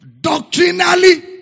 doctrinally